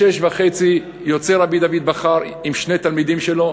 ב-18:30 יוצא דוד בכר עם שני תלמידים שלו,